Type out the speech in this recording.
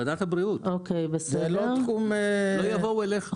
לא יבואו אליך.